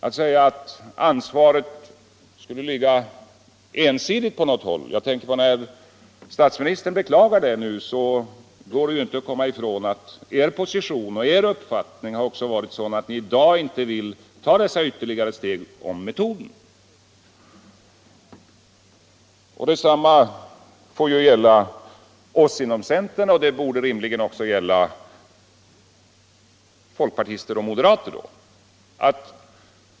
Om vi inte nu skulle kunna komma fram till ett beslut som omfattas av en stor majoritet, kan ingen hävda att ansvaret skulle ligga ensidigt på något håll. Vi måste var och en ta sin del av ansvaret. Det gäller socialdemokraterna, det gäller oss inom centern, och det borde rimligtvis också gälla folkpartister och moderater.